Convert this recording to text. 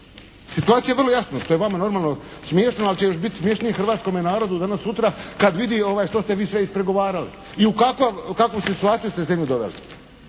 Situacija je vrlo jasna. To je vama normalno smiješno, ali će još biti smješnije Hrvatskome narodu danas sutra kad vidi što ste vi sve ispregovarali i u kakvu situaciju ste zemlju doveli.